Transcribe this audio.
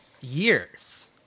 years